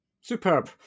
Superb